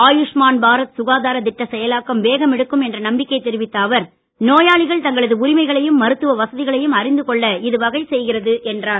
ஆயுஷ்மான் பாரத் சுகாதார திட்ட செயலாக்கம் வேகமெடுக்கும் என்று நம்பிக்கை தெரிவித்த அவர் நோயாளிகள் தங்களது உரிமைகளையும் மருத்துவ வசதிகளையும் அறிந்துகொள்ள இது வகை செய்கிறது என்றார்